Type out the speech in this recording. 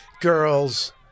girls